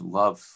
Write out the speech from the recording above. love